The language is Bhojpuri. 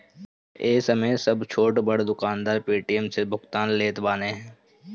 ए समय सब छोट बड़ दुकानदार पेटीएम से भुगतान लेत बाने